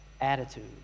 attitude